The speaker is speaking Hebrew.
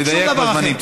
תדייק בזמנים.